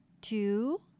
two